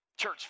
Church